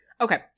Okay